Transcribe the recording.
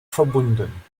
verbunden